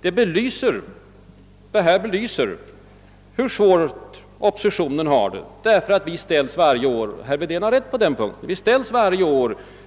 Detta belyser oppositionens svårigheter eftersom vi varje år — herr Wedén har rätt på denna punkt — ställs